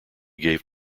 gave